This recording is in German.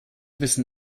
wissen